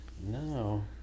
No